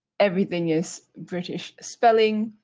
everything is british spelling.